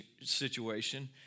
situation